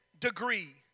Degree